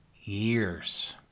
years